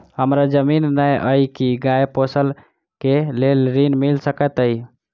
हमरा जमीन नै अई की गाय पोसअ केँ लेल ऋण मिल सकैत अई?